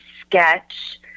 sketch